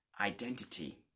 identity